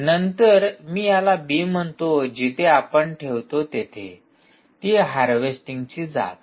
नंतर मी याला बी म्हणतो जिथे आपण ठेवतो तेथे ती हार्वेस्टिंगची जागा